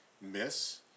miss